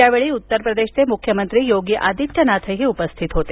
या वेळी उत्तर प्रदेशचे मुख्यमंत्री योगी आदित्यनाथही उपस्थित होते